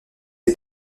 est